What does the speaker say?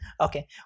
okay